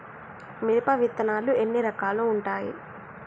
మిరప విత్తనాలు ఎన్ని రకాలు ఉంటాయి?